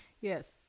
Yes